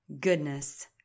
goodness